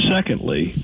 Secondly